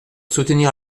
soutenir